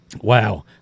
Wow